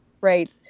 Right